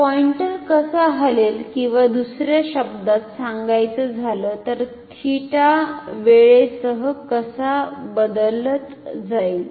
तर पॉईंटर कसा हलेल किंवा दुसर्या शब्दांत सांगायचे झाले तर 𝜃 वेळेसह कसा बदलत जाईल